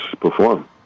perform